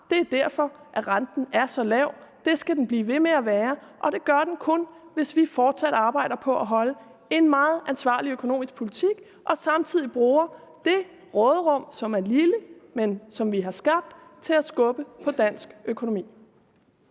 Det er derfor, at renten er så lav. Det skal den blive ved med at være, og det gør den kun, hvis vi fortsat arbejder på at holde en meget ansvarlig økonomisk politik og samtidig bruger det råderum, som er lille, men som vi har skabt, til at skubbe på dansk økonomi.